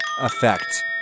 effect